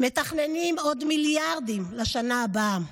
ומתכננים עוד מיליארדים לשנה הבאה.